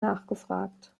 nachgefragt